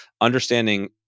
understanding